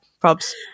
props